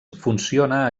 funciona